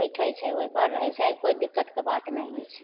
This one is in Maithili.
बैठय छै ओइपर रहय छै कोइ दिक्कतके बात नहि होइ छै